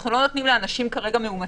כרגע אנחנו לא נותנים לאנשים מאומתים